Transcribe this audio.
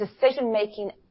decision-making